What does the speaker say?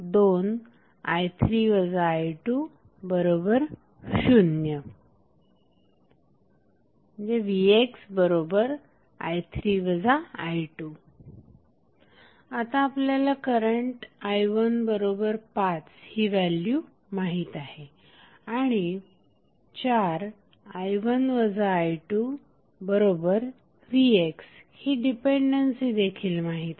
2vx2i3 i20 ⇒ vxi3 i2 आता आपल्याला current i15 ही व्हॅल्यु माहित आहे आणि 4i1 i2vx ही डिपेंडन्सी देखील माहित आहे